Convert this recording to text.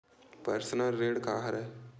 Personal ऋण का हरय?